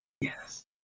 Yes